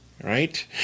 right